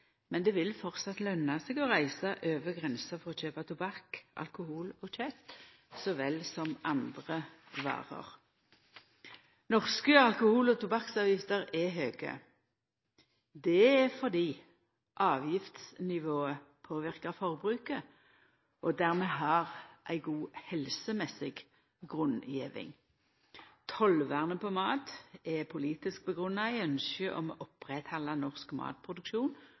men det vil framleis lønna seg å reisa over grensa for å kjøpa tobakk, alkohol og kjøtt, så vel som andre varer. Norske alkohol- og tobakksavgifter er høge. Det er fordi avgiftsnivået påverkar forbruket og dermed har ei god helsemessig grunngjeving. Tollvernet på mat er politisk grunngjeve i ynsket om å oppretthalda norsk matproduksjon